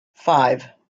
five